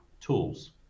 tools